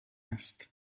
است